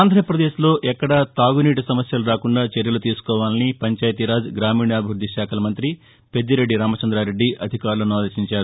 ఆంధ్రాపదేశ్లో ఎక్కడా తాగునీటి సమస్వలు రాకుండా చర్యలు తీసుకోవాలని పంచాయతీరాజ్ గ్రామీణాభివ్బద్లి శాఖ మంత్రి పెద్దిరెడ్డి రామచంద్రారెడ్డి అధికారులను ఆదేశించారు